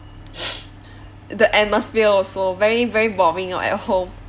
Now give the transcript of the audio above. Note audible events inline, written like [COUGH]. [BREATH] the atmosphere also very very boring orh at home